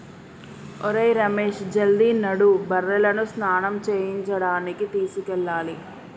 ఒరేయ్ రమేష్ జల్ది నడు బర్రెలను స్నానం చేయించడానికి తీసుకెళ్లాలి